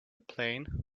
plane